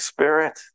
Spirit